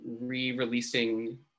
re-releasing